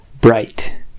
bright